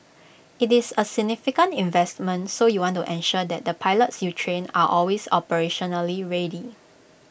IT is A significant investment so you want to ensure that the pilots you train are always operationally ready